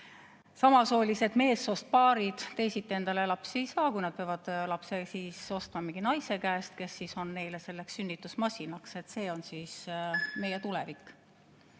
ega siis meessoost paarid teisiti endale lapsi ei saa, kui nad peavad lapse ostma mingi naise käest, kes on neile selleks sünnitusmasinaks. See on meie tulevik.